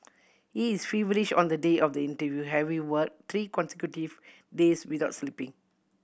he is feverish on the day of the interview having work three consecutive days without sleeping